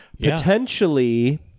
potentially